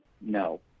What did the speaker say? No